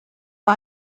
war